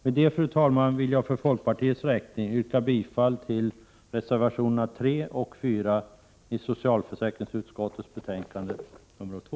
Med detta, fru talman, yrkar jag som representant för folkpartiet bifall till reservationerna 3 och 4 i socialförsäkringsutskottets betänkande 2.